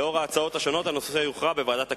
לאור ההצעות השונות, הנושא יוכרע בוועדת הכנסת.